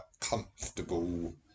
comfortable